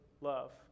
love